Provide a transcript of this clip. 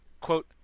quote